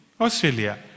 Australia